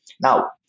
Now